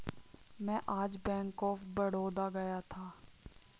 मैं आज bank of Baroda गया था